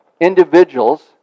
individuals